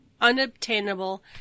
unobtainable